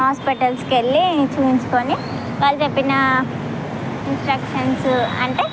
హాస్పిటల్స్కెళ్ళి చూపించుకుని వాళ్ళు చెప్పిన ఇన్స్ట్రక్షన్స్ అంటే